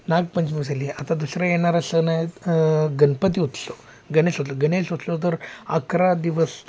नागपंचमी झाली आता दुसरा येणारा सण आहेत गणपती उत्सव गणेश गणेश उत्सव तर अकरा दिवस